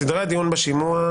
סדרי הדיון בשימוע,